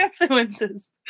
influences